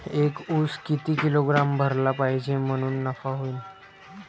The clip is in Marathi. एक उस किती किलोग्रॅम भरला पाहिजे म्हणजे नफा होईन?